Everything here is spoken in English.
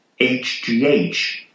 HGH